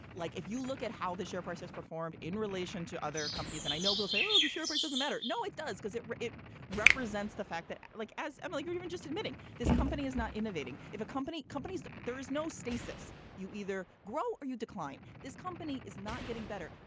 like if you look at how the share price has performed in relation to other companies and i know will say, well, the share price doesn't matter. no, it does, because it it represents the fact that like as emily, you're even just admitting this company is not innovating. if a company companies. there is no status. you either grow or you decline. this company is not getting better.